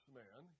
man